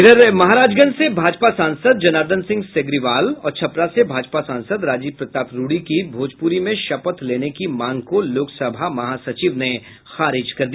इधर महाराजगंज से भाजपा सांसद जर्नादन सिंह सिग्रीवाल और छपरा से भाजपा सांसद राजीव प्रताप रूड़ी की भोजपुरी में शपथ लेने की मांग को लोकसभा महासचिव ने खारिज कर दिया